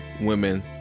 Women